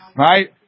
right